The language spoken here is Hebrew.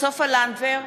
סופה לנדבר,